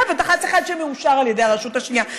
ודח"צ אחד שמאושר על ידי הרשות השנייה.